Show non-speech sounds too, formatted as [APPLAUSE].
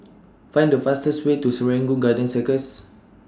[NOISE] Find The fastest Way to Serangoon Garden Circus